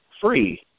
free